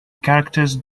characters